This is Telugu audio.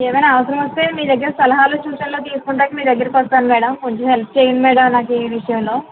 ఏమైనా అవసరం వస్తే మీ దగ్గర సలహాలు సూచనలు తీసుకోటానికి మీ దగ్గరకి వస్తాను మేడం కొంచెం హెల్ప్ చెయ్యండి మేడం నాకు ఈ విషయంలో